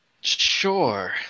sure